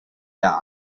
der